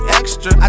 extra